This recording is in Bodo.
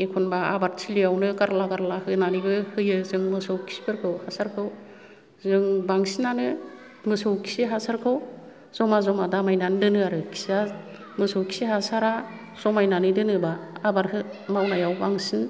एखनबा आबाद थिलियावनो गारला गारला होन्नानैबो होयो जों मोसौ खिफोरखौ हासारखौ जों बांसिनानो मोसौ खि हासारखौ जमा जमा दामायनानै दोनो आरो खिया मोसौ खि हासारा जमायनानै दोनोबा आबाद मावनायाव बांसिन